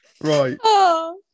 right